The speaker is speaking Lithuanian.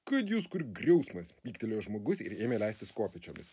kad jus kur griausmas pyktelėjo žmogus ir ėmė leistis kopėčiomis